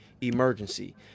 emergency